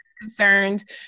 concerned